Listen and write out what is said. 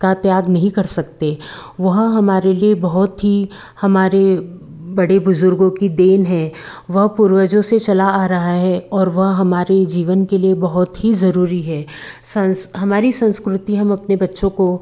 का त्याग नहीं कर सकते वहाँ हमारे लिए बहुत ही हमारे बड़े बुज़ुर्गों की देन है वह पूर्वजों से चला आ रहा है और वह हमारे जीवन के लिए बहुत ही ज़रूरी है संस हमारी संस्कृति हम अपने बच्चों को